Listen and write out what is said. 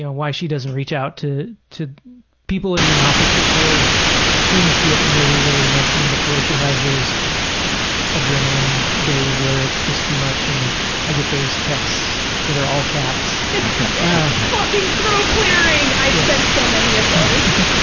ah why she doesn't reach out to to people in the office before things get really, really messy and before she has those adrenaline days where it's just too much and i get those texts that are all caps charlynn fucking throat-clearing, i've sent so many of those.